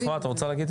אפרת, את רוצה להגיד?